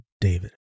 David